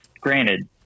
Granted